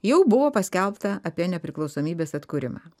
jau buvo paskelbta apie nepriklausomybės atkūrimą